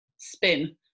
spin